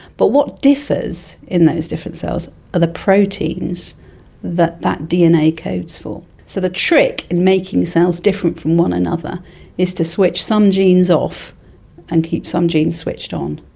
but what differs in those different cells are the proteins that that dna codes for. so the trick in making cells different from one another is to switch some genes off and keep some genes switched on,